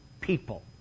people